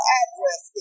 address